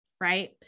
Right